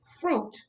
fruit